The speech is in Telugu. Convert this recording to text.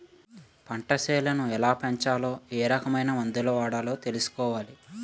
పంటసేలని ఎలాపెంచాలో ఏరకమైన మందులు వాడాలో తెలుసుకోవాలి